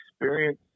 experience